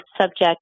subject